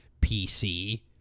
PC